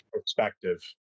Perspective